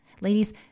Ladies